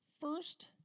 first